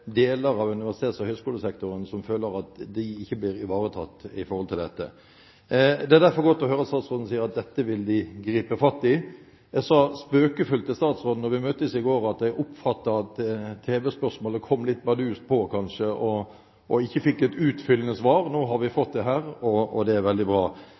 derfor godt å høre at statsråden sier at dette vil de gripe fatt i. Jeg sa spøkefullt til statsråden da vi møttes i går, at jeg oppfatter at tv-spørsmålet kom litt bardus på, kanskje, og at en ikke fikk et utfyllende svar. Nå har vi fått det her, og det er veldig bra.